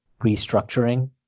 restructuring